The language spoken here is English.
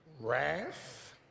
wrath